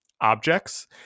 objects